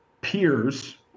peers